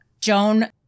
Joan